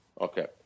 Okay